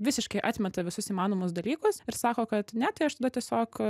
visiškai atmeta visus įmanomus dalykus ir sako kad ne tai aš tada tiesiog